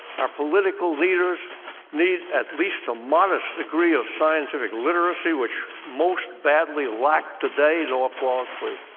our political leaders need at least a modest degree of scientific literacy, which most badly lack today no applause, please.